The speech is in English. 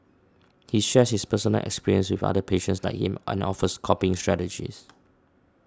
he shares his personal experiences with other patients like him and offers coping strategies